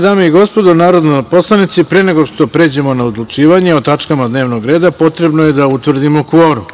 dame i gospodo narodni poslanici, pre nego što pređemo na odlučivanje o tačkama dnevnog reda potrebno je da utvrdimo kvorum.